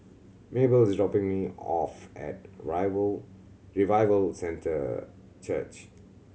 Mabell is dropping me off at Revival Centre Church